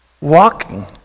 walking